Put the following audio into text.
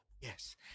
yes